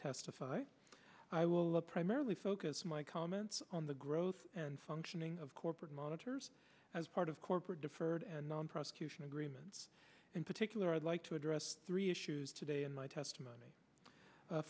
testify i will primarily focus my comments on the growth and functioning of corporate monitors as part of corporate deferred and non prosecution agreements in particular i'd like to address three issues today in my